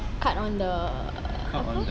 cut on the apa